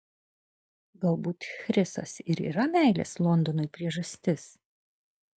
galbūt chrisas ir yra meilės londonui priežastis